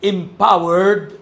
Empowered